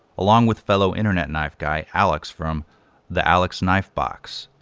along with fellow internet knife guy alex from the alex knife box.